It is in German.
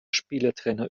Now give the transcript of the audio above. spielertrainer